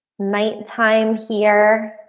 night time here,